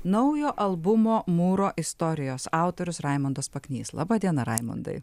naujo albumo mūro istorijos autorius raimondas paknys laba diena raimondai